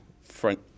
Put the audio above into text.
front